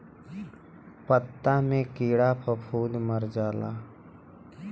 पत्ता मे कीड़ा फफूंद मर जाला